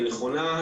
היא נכונה,